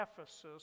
ephesus